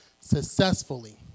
successfully